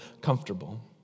comfortable